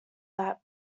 that